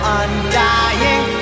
undying